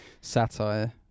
Satire